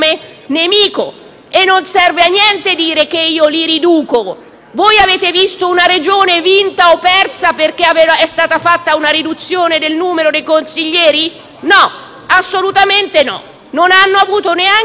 Non serve a niente ridurne il numero. Voi avete visto un'elezione regionale vinta o persa perché era stata fatta una riduzione del numero dei consiglieri? No, assolutamente no. Non hanno avuto neanche i titoli